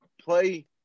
play